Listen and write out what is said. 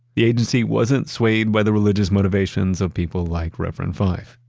the agency wasn't swayed by the religious motivations of people like reverend fife.